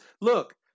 look